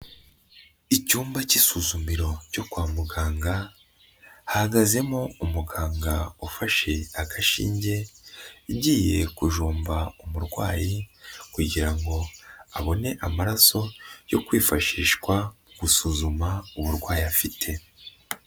Icyumba k'isuzumiro cyo kwa muganga, hahagazemo umuganga ufashe agashinge agiye kujomba umurwayi kugira ngo abone amaraso yo kwifashishwa, gusuzuma uburwayi afite.